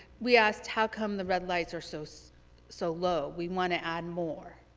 we asked how come the red lights are so so so low, we want to add more.